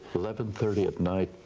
eleven thirty at night,